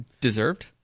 deserved